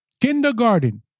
Kindergarten